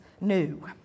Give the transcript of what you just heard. new